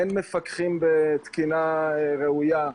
אין מפקחים בתקינה ראויה.